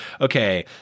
okay